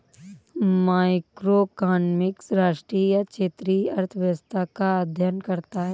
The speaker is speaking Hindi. मैक्रोइकॉनॉमिक्स राष्ट्रीय या क्षेत्रीय अर्थव्यवस्था का अध्ययन करता है